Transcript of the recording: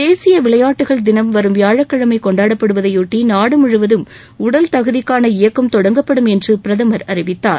தேசிய விளையாட்டுகள் தினம் வரும் வியாழக்கிழமை கொண்டாடப்படுவதையொட்டி நாடு முழுவதம் உடல் தகுதிக்கான இயக்கம் தொடங்கப்படும் என்று பிரதமர் அறிவித்தார்